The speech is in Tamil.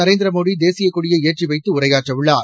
நரேந்திர மோடி தேசியக் கொடியை ஏற்றி வைத்து உரையாற்றவுள்ளார்